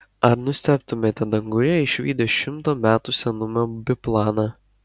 ar nustebtumėte danguje išvydę šimto metų senumo biplaną